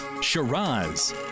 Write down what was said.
Shiraz